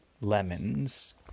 lemons